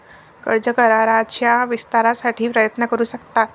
कर्ज कराराच्या विस्तारासाठी प्रयत्न करू शकतात